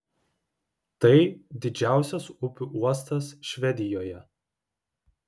tai didžiausias upių uostas švedijoje